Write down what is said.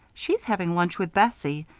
she's having lunch with bessie.